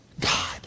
God